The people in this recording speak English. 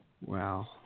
Wow